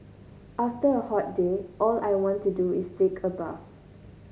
after a hot day all I want to do is take a bath